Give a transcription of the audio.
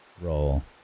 roll